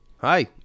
hi